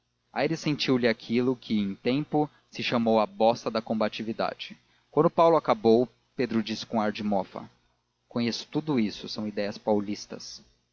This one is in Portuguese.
e áspero aires sentiu lhe aquilo que em tempo se chamou a bossa da combatividade quando paulo acabou pedro disse em ar de mofa conheço tudo isso são ideias paulistas